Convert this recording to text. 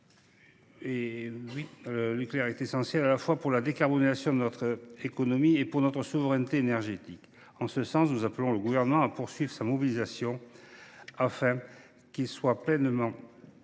Le nucléaire est nécessaire à la fois pour la décarbonation de notre économie et pour notre souveraineté énergétique. Nous appelons le Gouvernement à poursuivre sa mobilisation, afin qu’il soit pleinement